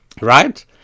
right